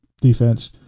defense